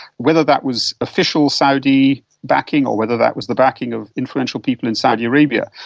whether that was official saudi backing or whether that was the backing of influential people in saudi arabia,